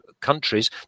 countries